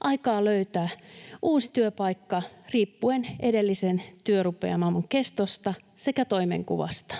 aikaa löytää uusi työpaikka riippuen edellisen työrupeaman kestosta sekä toimenkuvasta.